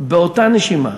באותה נשימה,